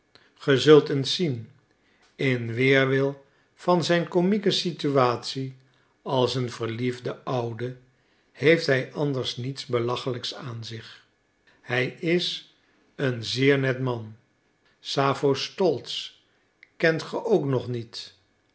ge zult eens zien in weerwil van zijn komieke situatie als een verliefde oude heeft hij anders niets belachelijks aan zich hij is een zeer net man sappho stolz kent ge ook nog niet